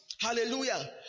hallelujah